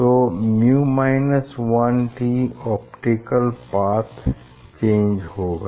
तो µ 1t optical path change होगा